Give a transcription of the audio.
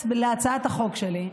אתה מתעקש לא להעביר לאופוזיציה חוקים.